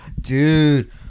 dude